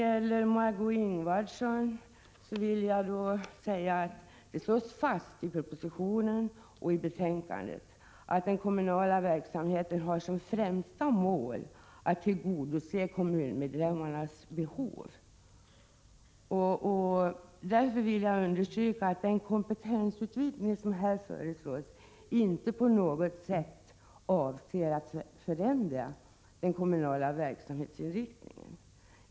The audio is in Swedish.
Till Margö Ingvardsson vill jag säga att det slås fast i propositionen och i betänkandet att den kommunala verksamheten har som främsta mål att tillgodose kommuninvånarnas behov. Därför vill jag understryka att den kompetensutvidgning som här föreslås inte på något sätt avser att förändra den kommunala verksamhetens inriktning.